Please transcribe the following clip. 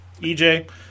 EJ